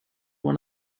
one